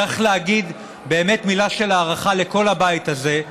צריך להגיד באמת מילה של הערכה לכל הבית הזה,